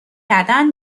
کردن